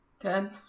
ten